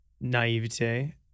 naivete